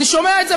אני שומע את זה,